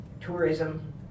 tourism